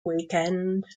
weekend